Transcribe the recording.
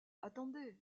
attendez